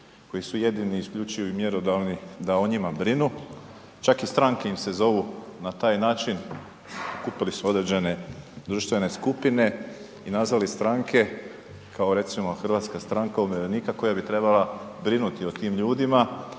koji su jedini i isključivi i mjerodavni da o njima brinu. Čak i stranke im se zovu na taj način, kupili su određene društvene skupine i nazvali stranke kao recimo Hrvatska stranka umirovljenika koja bi trebala brinuti o tim ljudima,